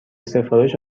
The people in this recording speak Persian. سفارش